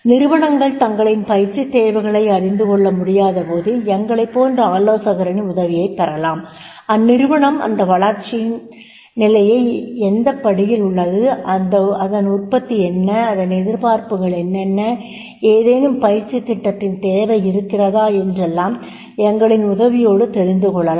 நிறுவனங்கள் தங்களின் பயிற்சித் தேவைகளை அறிந்துகொள்ளமுடியாதபோது எங்களைப் போன்ற ஆலோசகரின் உதவியைப் பெறலாம் அந்நிறுவனம் அதன் வளர்ச்சி நிலையில் எந்தப் படியில் உள்ளது அதன் உற்பத்தி என்ன அதன் எதிர்பார்ப்புகள் என்னென்ன ஏதேனும் பயிற்சித் திட்டத்தின் தேவையிருக்கிறதா என்றெல்லாம் எங்களின் உதவியோடு தெரிந்துகொள்ளலாம்